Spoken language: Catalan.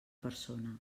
persona